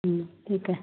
ठीक आहे